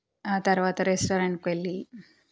ఆ తర్వాత రెస్టారెంట్కు వెళ్ళి